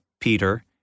Peter